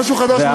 משהו חדש מתחיל.